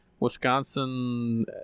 wisconsin